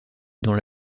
dans